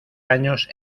años